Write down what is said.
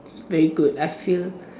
very good I feel